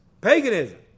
paganism